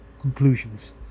conclusions